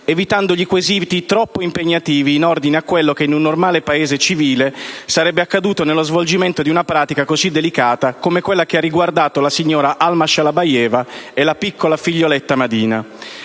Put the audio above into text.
evitandogli quesiti troppo impegnativi in ordine a quello che, in un normale Paese civile, sarebbe accaduto nello svolgimento di una pratica così delicata come quella che ha riguardato la signora Alma Shalabayeva e la piccola figlioletta Alua.